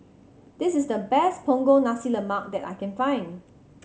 this is the best Punggol Nasi Lemak that I can find